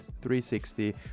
360